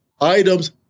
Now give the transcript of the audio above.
items